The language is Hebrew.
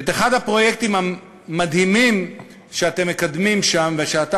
אחד הפרויקטים המדהימים שאתם מקדמים שם ושאתה